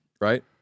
right